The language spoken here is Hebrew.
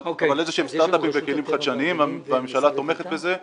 אבל איזשהם סטרטאפים וכלים חדשניים והממשלה תומכת בזה,